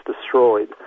destroyed